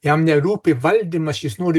jam nerūpi valdymas jis nori